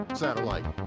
satellite